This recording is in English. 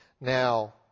Now